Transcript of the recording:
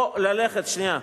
או ללכת, לשיטתך,